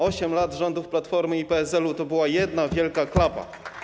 8 lat rządów Platformy i PSL-u to była jedna wielka klapa.